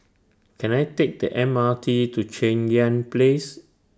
Can I Take The M R T to Cheng Yan Place